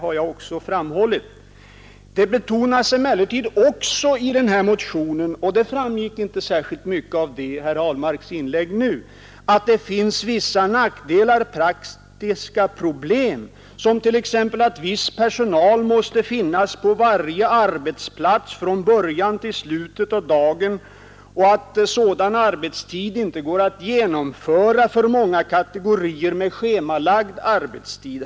Även jag har framhållit att det finns fördelar att beakta i sammanhanget. I denna motion betonas emellertid också — det framgick inte särskilt mycket av detta i herr Ahlmarks inlägg nu — att det finns vissa nackdelar och praktiska problem. Så måste t.ex. viss personal finnas på arbetsplatsen från början av dagen till slutet av dagen, och flexibel arbetstid går inte att genomföra för många kategorier med schemalagd arbetstid.